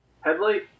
headlight